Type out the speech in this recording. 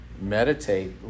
meditate